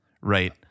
right